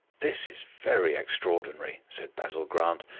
this is very extraordinary! said basil grant,